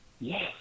Yes